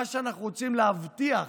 מה שאנחנו רוצים להבטיח